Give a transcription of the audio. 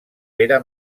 pere